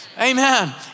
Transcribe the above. Amen